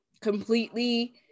Completely